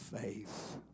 faith